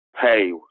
Hey